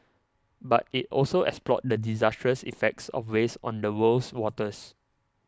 but it also explored the disastrous effects of waste on the world's waters